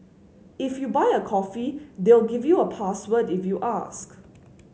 if you buy a coffee they'll give you a password if you ask